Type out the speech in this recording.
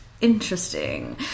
interesting